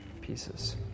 pieces